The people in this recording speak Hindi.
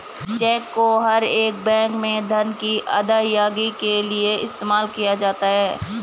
चेक को हर एक बैंक में धन की अदायगी के लिये इस्तेमाल किया जाता है